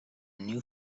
new